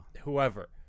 Whoever